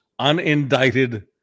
unindicted